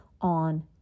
on